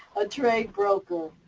a trade broker,